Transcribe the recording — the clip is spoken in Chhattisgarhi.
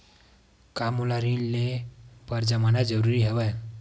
का मोला ऋण ले बर जमानत जरूरी हवय?